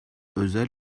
özel